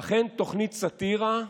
אכן, תוכנית סאטירה,